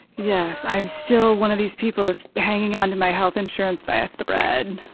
yes, i'm still one of these people that's hanging onto my health insurance by a thread.